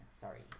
sorry